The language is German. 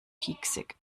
pieksig